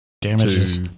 damages